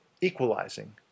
equalizing